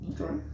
Okay